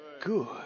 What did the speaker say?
good